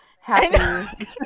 happy